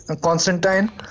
Constantine